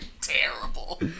terrible